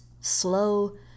slow